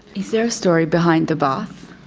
is there a story behind the bath?